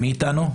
מי איתנו?